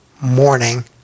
morning